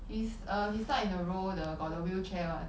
his uh he starred in a role the got the wheelchair one